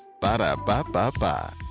Ba-da-ba-ba-ba